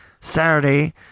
Saturday